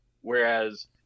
Whereas